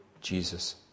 Jesus